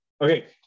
Okay